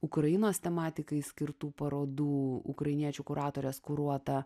ukrainos tematikai skirtų parodų ukrainiečių kuratorės kuruota